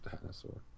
Dinosaur